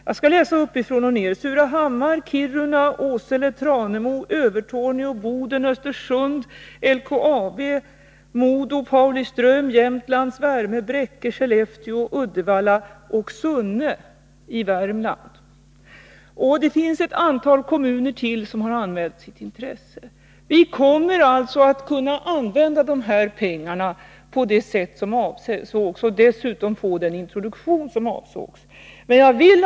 Jag skall läsa upp den: Surahammar, Kiruna, Åsele, Tranemo, Övertorneå, Boden, Östersund, Bräcke, Skellefteå, Uddevalla och Sunne — Sunne i Värmland. Det finns ytterligare ett antal kommuner som har anmält sitt intresse. Vi kommer alltså att kunna använda de här pengarna på det sätt som avsågs och dessutom få den torvintroduktion som avsågs.